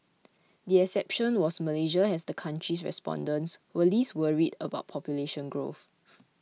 the exception was Malaysia as the country's respondents were least worried about population growth